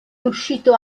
uscito